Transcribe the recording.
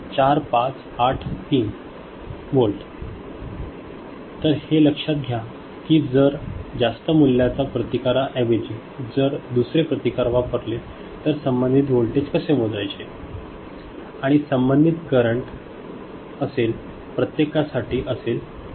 4583 volt तर हे लक्षात घ्या की जर जास्त मूल्याच्या प्रतिकारा ऐवजी जर दुसरे प्रतिकार वापरले तर संबंधित वोल्टेज कसे मोजायचे आणि संबंधित करंट असेल प्रत्येकासाठी असेल 3